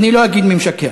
ואני לא אגיד מי משקר.